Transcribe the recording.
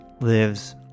lives